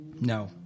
No